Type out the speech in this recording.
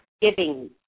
giving